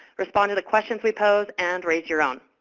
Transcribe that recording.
respond to the questions we pose, and raise your own.